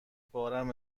بارم